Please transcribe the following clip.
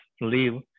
leave